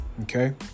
Okay